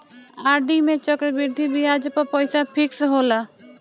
RD में चक्रवृद्धि बियाज पअ पईसा फिक्स होला